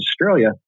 Australia